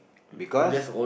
because